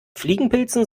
fliegenpilzen